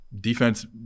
defense